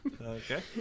Okay